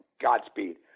Godspeed